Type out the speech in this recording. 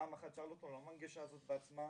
פעם אחת צ'רלטון לא מנגישה זאת בעצמה,